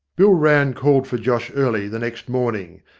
bill rann called for josh early the next morning,